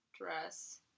dress